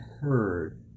heard